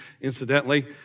incidentally